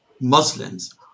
Muslims